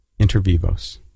intervivos